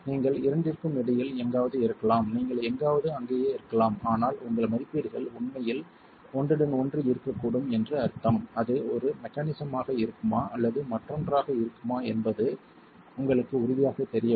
நீங்கள் இரண்டிற்கும் இடையில் எங்காவது இருக்கலாம் நீங்கள் எங்காவது அங்கேயே இருக்கலாம் ஆனால் உங்கள் மதிப்பீடுகள் உண்மையில் ஒன்றுடன் ஒன்று இருக்கக்கூடும் என்று அர்த்தம் அது ஒரு மெக்கானிஸம் ஆக இருக்குமா அல்லது மற்றொன்றாக இருக்குமா என்பது உங்களுக்கு உறுதியாகத் தெரியவில்லை